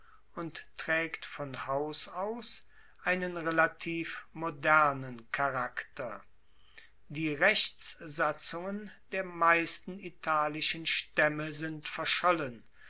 und traegt von haus aus einen relativ modernen charakter die rechtssatzungen der meisten italischen staemme sind verschollen